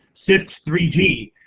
sift three g,